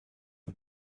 peu